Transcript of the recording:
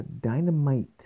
Dynamite